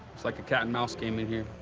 it's like a cat and mouse game in here.